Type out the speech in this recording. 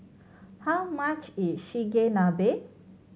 how much is Chigenabe